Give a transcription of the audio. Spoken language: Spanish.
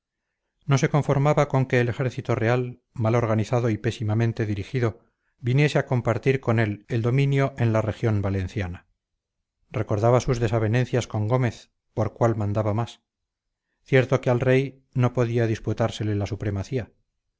no se conformaba con que el ejército real mal organizado y pésimamente dirigido viniese a compartir con él el dominio en la región valenciana recordaba sus desavenencias con gómez por cuál mandaba más cierto que al rey no podía disputársele la supremacía